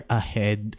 ahead